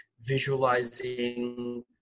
visualizing